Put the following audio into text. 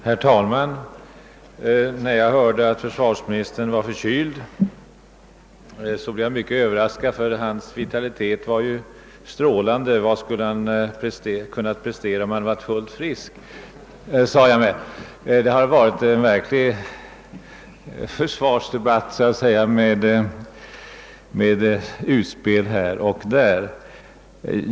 Herr talman! När jag hörde att försvarsministern var förkyld blev jag mycket överraskad; hans vitalitet var ju strålande. Vad skulle han inte ha kunnat prestera, om han varit fullt frisk! sade jag mig. Det har varit en verklig försvarsdebatt, med utspel både här och där.